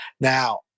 Now